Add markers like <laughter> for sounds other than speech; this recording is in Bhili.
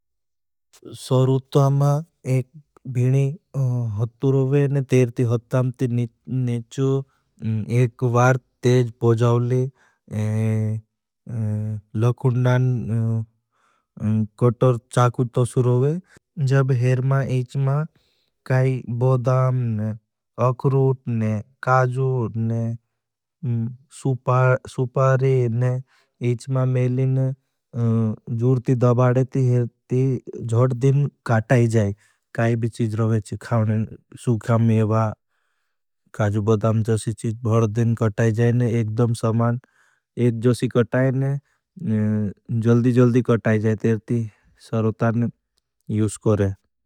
सवरूत्तवा मा एक भिनी हत्तु रोवे ने तेर ती हत्ताम ती निचु एक वार तेज <hesitation> पोजाओली लोखुण्डान कोटर चाकु तो सुरोवे। जब हेर मा इच मा काई बोदाम ने अकरूट ने काजू ने सुपारी ने इच मा मेली ने जूर ती दबाड़े ती हेर ती जोड़ दिन काटाई जाए। काई बी चीज रोवे चीज काउने ने सुखा मेवा काजू बड़ाम जासी चीज भड़ दिन काटाई जाए ने एकड़म समान एक जासी काटाई ने जल्दी जल्दी काटाई जाए तेर ती सरोता ने यूस को रहे।